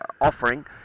Offering